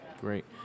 Great